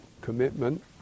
commitment